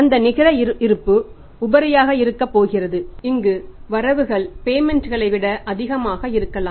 அந்த நிகர இருப்பு உபரியாக இருக்கப் போகிறது இங்கு வரவுகள் பேமென்ட் களை விட அதிகமாக இருக்கலாம்